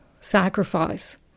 sacrifice